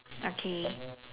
okay